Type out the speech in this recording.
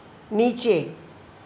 નીચે